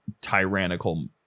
tyrannical